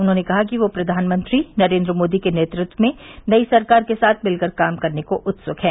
उन्होंने कहा कि ये प्रधानमंत्री नरेन्द्र मोदी के नेतृत्व में नई सरकार के साथ मिलकर काम करने को उत्सुक हैं